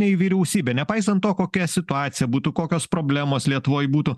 nei vyriausybė nepaisant to kokia situacija būtų kokios problemos lietuvoj būtų